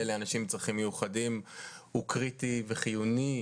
לאנשים עם צרכים מיוחדים הוא קריטי וחיוני,